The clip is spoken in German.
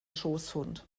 schoßhund